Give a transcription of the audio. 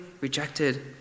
rejected